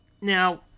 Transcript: Now